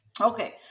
Okay